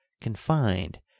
confined